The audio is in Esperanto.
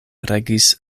regis